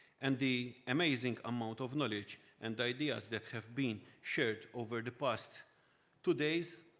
and the amazing amount of knowledge and ideas that have been shared over the past two days,